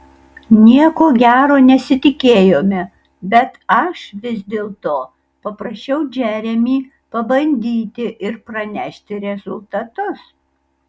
nieko gero nesitikėjome bet aš vis dėlto paprašiau džeremį pabandyti ir pranešti rezultatus